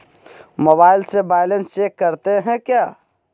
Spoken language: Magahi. मोबाइल से बैलेंस चेक करते हैं क्या?